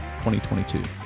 2022